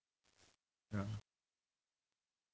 yeah